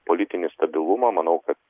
politinį stabilumą manau kad